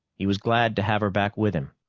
he was glad to have her back with him.